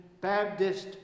Baptist